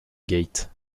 gate